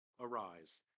arise